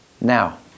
Now